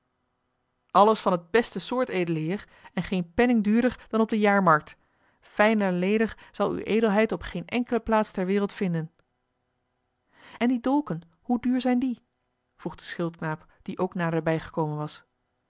alles van het beste soort edele heer en geen penning duurder dan op de jaarmarkt fijner leder zal uwe edelheid op geene enkele plaats ter wereld vinden en die dolken hoe duur zijn die vroeg de schildknaap die ook naderbij gekomen was